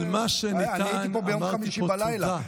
אני הייתי פה ביום חמישי בלילה.